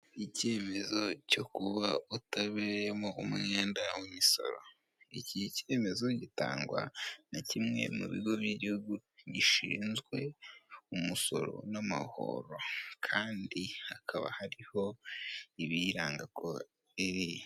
Icyememezo cyo kuba utabereyemo umwenda imisoro, iki cyemezo gitangwa na kimwe bigo by'igihugu gishinzwe iumusoro n'amahoro. Kandi hakaba hariho ibiyiranga kode ngiriya.